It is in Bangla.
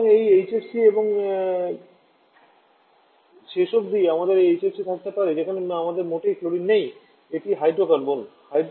সুতরাং এটি HCFC এবং শেষ অবধি আমাদের এইচএফসি থাকতে পারে যেখানে আমাদের মোটেই ক্লোরিন নেই এটি হাইড্রোফ্লোরোকার্বন